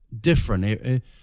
different